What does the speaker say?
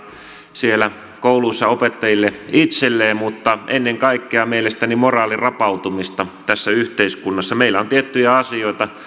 siellä kouluissa opettajille itselleen mutta ennen kaikkea mielestäni moraalin rapautumista tässä yhteiskunnassa meillä on tiettyjä asioita